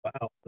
wow